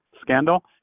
scandal